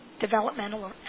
developmental